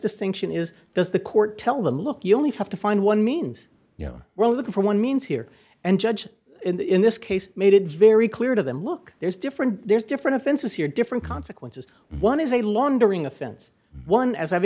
distinction is does the court tell them look you only have to find one means you know we're looking for one means here and judge in this case made it very clear to them look there's different there's different offenses here different consequences one is a laundering offense one as i've